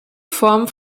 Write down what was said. form